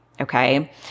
Okay